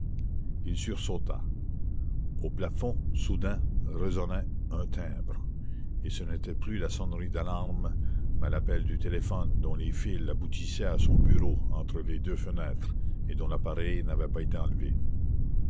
il tressaillit au plafond soudain résonnait un timbre et ce n'était plus la sonnerie d'alarme mais l'appel du téléphone dont les fils aboutissaient à son bureau entre les deux fenêtres et dont l'appareil n'avait pas été enlevé